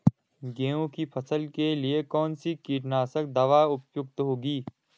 गेहूँ की फसल के लिए कौन सी कीटनाशक दवा उपयुक्त होगी?